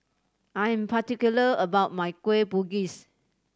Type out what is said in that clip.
I am particular about my Kueh Bugis